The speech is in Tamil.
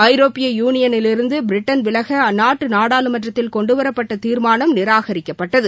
ஐரோப்பிய யூளியளிவிருந்தபிரிட்டன் விலகஅந்நாட்டுநாடாளுமன்றத்தில் கொண்டுவரப்பட்டதீர்மானம் நிராகரிக்கப்பட்டது